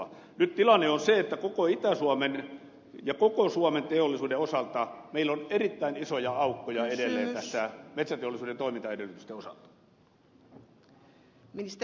nyt tilanne on se että koko itä suomen ja koko suomen teollisuuden osalta meillä on erittäin isoja aukkoja edelleen metsäteollisuuden toimintaedellytysten osalta